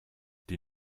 die